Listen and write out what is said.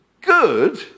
Good